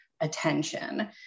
attention